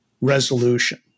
resolution